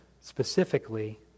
specifically